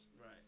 Right